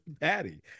Patty